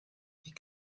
die